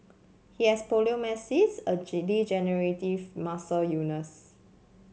he has poliomyelitis a degenerative muscle illness